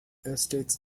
estates